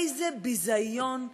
איזה ביזיון,